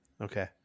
Okay